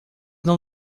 não